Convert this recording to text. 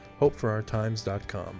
hopeforourtimes.com